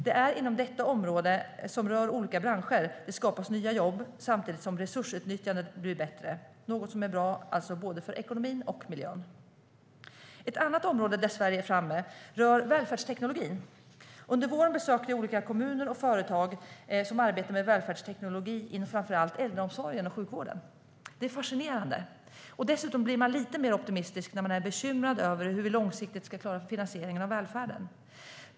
Det är inom detta område, som rör olika branscher, det skapas nya jobb samtidigt som resursutnyttjandet blir bättre, något som är bra för både ekonomin och miljön. Ett annat område där Sverige är framme rör välfärdsteknologin. Under våren besökte jag olika kommuner och företag som arbetar med välfärdsteknologi inom framför allt äldreomsorgen och sjukvården. Det är fascinerande. Dessutom blir man lite mer optimistisk när man är bekymrad över hur vi långsiktigt ska klara finansieringen av välfärden.